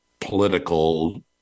political